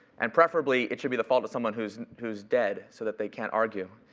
and preferably, it should be the fault of someone who's who's dead so that they can't argue.